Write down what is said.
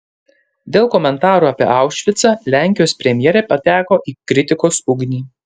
dėl komentarų apie aušvicą lenkijos premjerė pateko į kritikos ugnį